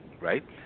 right